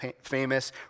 famous